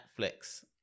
netflix